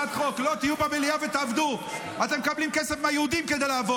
את המליאה ואת כנסת ישראל.